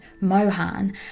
Mohan